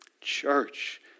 Church